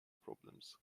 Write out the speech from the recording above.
problems